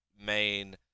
main